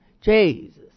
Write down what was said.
Jesus